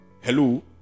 hello